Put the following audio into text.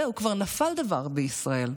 זהו, כבר נפל דבר בישראל.